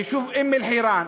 היישוב אום-אלחיראן,